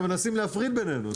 הם מנסים להפריד ביננו,